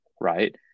right